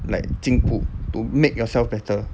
like 进步 to make yourself better